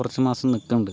കുറച്ച് മാസം നിക്കുന്നുണ്ട്